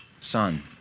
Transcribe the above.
son